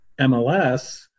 MLS